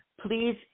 Please